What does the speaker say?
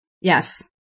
Yes